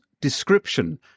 description